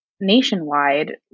nationwide